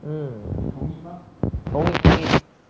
mm 同意同意